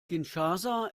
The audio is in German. kinshasa